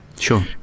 Sure